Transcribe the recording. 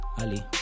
Ali